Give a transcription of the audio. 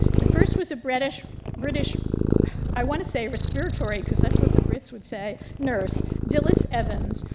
the first was a british british i want to say respiratory because that's what the brits would say nurse dilys evans,